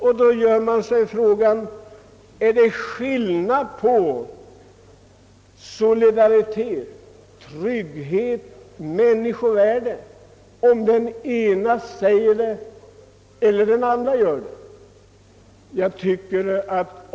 Jag frågar mig då: är det skillnad på solidaritet, trygghet och människovärde, om det är den ena eller andra människan som använder orden?